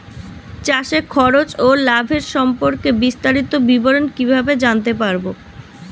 চাষে খরচ ও লাভের সম্পর্কে বিস্তারিত বিবরণ কিভাবে জানতে পারব?